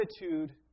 attitude